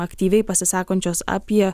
aktyviai pasisakančios apie